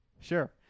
sure